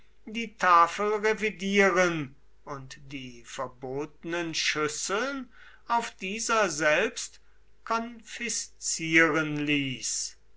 die tafel revidieren und die verbotenen schüsseln auf dieser selbst konfiszieren ließ